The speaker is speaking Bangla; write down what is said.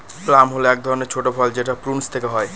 প্লাম হল এক ধরনের ছোট ফল যেটা প্রুনস পেকে হয়